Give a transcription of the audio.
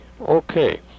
Okay